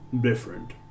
different